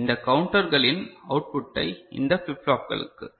இந்த கவுண்டர்களின் அவுட் புட்டை இந்த பிலிப் பலாப் களுக்கு